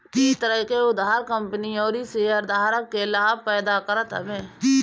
इ तरह के उधार कंपनी अउरी शेयरधारक के लाभ पैदा करत हवे